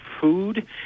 food